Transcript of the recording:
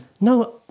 No